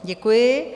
Děkuji.